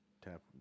Tap